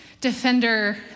defender